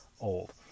old